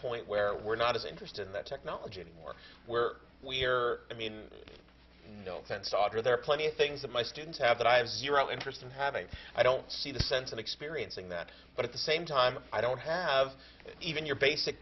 point where we're not as interested in the technology anymore where we are i mean no offense author there are plenty of things that my students have that i have zero interest in having i don't see the sense of experiencing that but at the same time i don't have even your basic